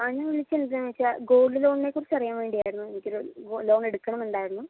ആ ഞാൻ വിളിച്ച എന്താന്ന് വച്ചാൽ ഗോൾഡ് ലോണിനെ കുറിച്ചറിയാൻ വേണ്ടിയായിരുന്നു എനിക്കൊരു ലോൺ എടുക്കണമെന്ന് ഉണ്ടായിരുന്നു